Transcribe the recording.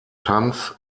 tanz